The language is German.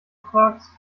fragst